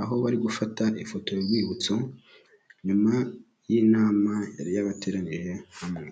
aho bari gufata ifoto y'urwibutso nyuma y'inama yari yabateranije hamwe.